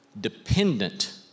dependent